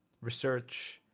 research